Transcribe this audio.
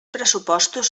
pressupostos